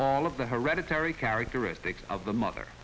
all of the hereditary characteristics of the mother